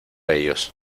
ellos